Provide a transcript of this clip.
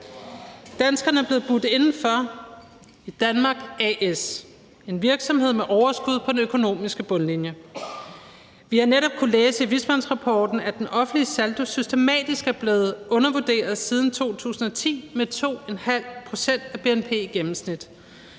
Danskerne er blevet budt indenfor i Danmark A/S – en virksomhed med overskud på den økonomiske bundlinje. Vi har netop kunnet læse i vismandsrapporten, at den offentlige saldo systematisk er blevet undervurderet siden 2010 med 2,5 pct. af bnp i gennemsnit.